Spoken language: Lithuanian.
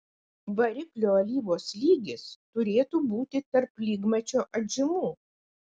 variklio alyvos lygis turėtų būti tarp lygmačio atžymų